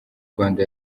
rwanda